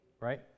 right